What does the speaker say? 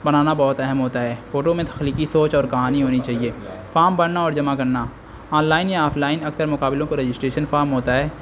بنانا بہت اہم ہوتا ہے فوٹو میں تخلیقی سوچ اور کہانی ہونی چاہیے فارم بڑھنا اور جمع کرنا آن لائن یا آف لائن اکثر مقابلوں کو رجسٹریشن فارم ہوتا ہے